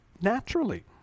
naturally